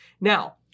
Now